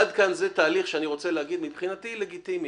עד כאן זה תהליך שאני רוצה להגיד שמבחינתי הוא לגיטימי,